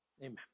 Amen